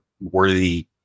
worthy